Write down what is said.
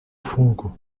fogo